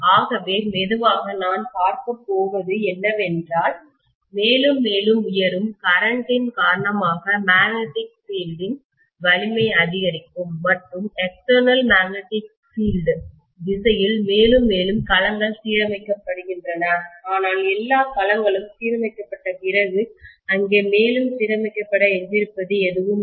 ஆகவே மெதுவாக நான் பார்க்கப் போவது என்னவென்றால் மேலும் மேலும் உயரும் கரண்ட்டின் மின்னோட்டத்தின் காரணமாக மேக்னெட்டிக் பீல் டின் காந்தப்புலத்தின் வலிமை அதிகரிக்கும் மற்றும் எக்ஸ்ட்டர்ணல் மேக்னெட்டிக் பீல்டு வெளிப்புற காந்தப்புலத்தின் திசையில் மேலும் மேலும் களங்கள் சீரமைக்கப்படப் போகின்றன ஆனால் எல்லா களங்களும் சீரமைக்கப்பட்ட பிறகு அங்கே மேலும் சீரமைக்கப்பட எஞ்சியிருப்பது எதுவும் இல்லை